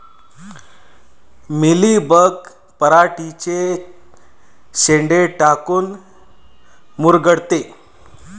Mealybug पराटीचे चे शेंडे काऊन मुरगळते?